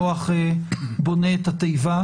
נח בונה את התיבה,